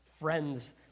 friends